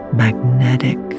magnetic